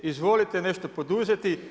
Izvolite nešto poduzeti.